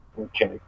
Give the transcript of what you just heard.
Okay